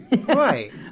Right